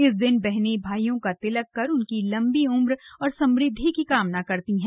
इस दिन बहनें भाइयों का तिलक कर उनकी लंबी उम्र और समृद्धि की कामना करती हैं